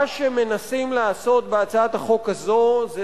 מה שמנסים לעשות בהצעת החוק הזאת זה